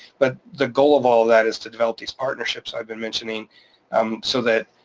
but the goal of all of that is to develop these partnerships i've been mentioning um so that